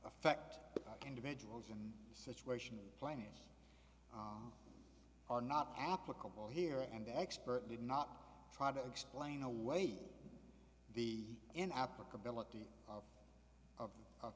affect individuals and situation plaintiffs are not applicable here and the expert did not try to explain away the in applicability of of